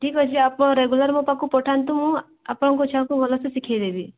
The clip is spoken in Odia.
ଠିକ୍ ଅଛି ଆପଣ ରେଗୁଲାର୍ ମୋ ପାଖକୁ ପଠାନ୍ତୁ ମୁଁ ଆପଣଙ୍କ ଛୁଆକୁ ଭଲ ସେ ଶିଖାଇଦେବି